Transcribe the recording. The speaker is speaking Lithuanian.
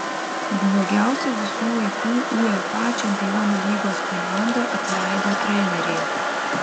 blogiausia visų laikų uefa čempionų lygos komanda atleido trenerį